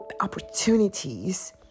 opportunities